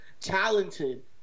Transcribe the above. talented